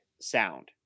sound